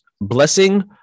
Blessing